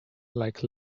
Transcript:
like